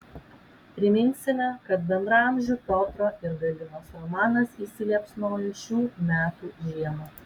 priminsime kad bendraamžių piotro ir galinos romanas įsiliepsnojo šių metų žiemą